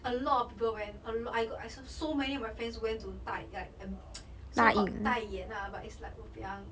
a lot of people went a lo~ I saw so many of my friends went to 代 like so called 代言 lah but it's like !wahpiang!